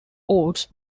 oates